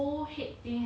very hard to